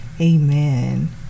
Amen